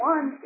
One